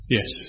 Yes